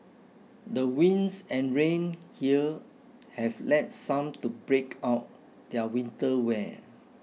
the winds and rain here have led some to break out their winter wear